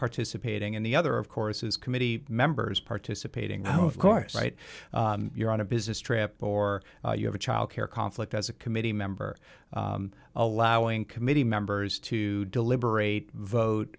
participating and the other of course is committee members participating oh of course right you're on a business trip or you have a childcare conflict as a committee member allowing committee members to deliberate vote